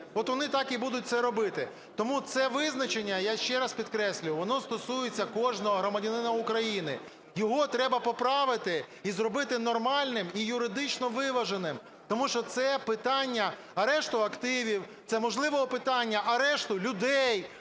От вони так і будуть це робити. Тому це визначення, я ще раз підкреслюю, воно стосується кожного громадянина України. Його треба поправити і зробити нормальний, і юридично виваженим. Тому що це питання арешту активів, це можливого питання арешту людей,